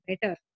better